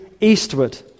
eastward